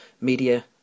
media